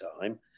time